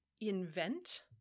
invent